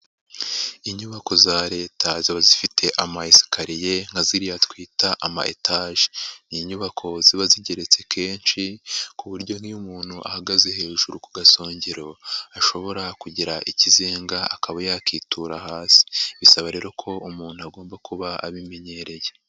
Inyubako za Leta ziba zifite amayesikariye nka ziriya twita amayetage, ni inyubako ziba zigeretse kenshi ku buryo n'iyo umuntu ahagaze hejuru ku gasongero ashobora kugira ikizenga akaba yakitura hasi, bisaba rero ko umuntu agomba kuba abimenyereye.